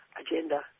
agenda